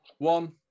One